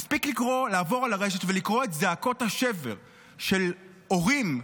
מספיק לעבור על הרשת ולקרוא את זעקות השבר של הורים,